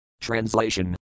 Translation